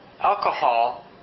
alcohol